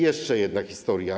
Jeszcze jedna historia.